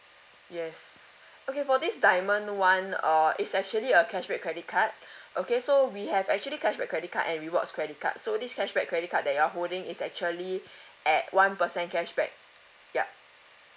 yes okay for this diamond one uh is actually a cashback credit card okay so we have actually cash back credit card and rewards credit card so this cashback credit card that you are holding is actually at one percent cashback yup